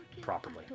properly